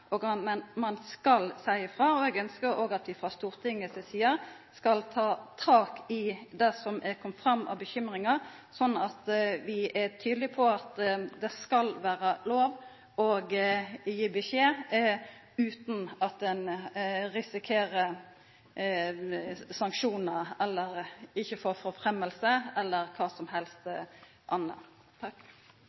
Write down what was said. og at ein skal seia frå. Eg ønskjer at vi frå Stortinget si side skal ta tak i det som er kome fram av bekymringar, slik at vi er tydelege på at det skal vera lov å gi beskjed utan at ein risikerer sanksjonar eller ikkje får forfremming, eller kva som helst anna.